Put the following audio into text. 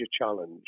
challenge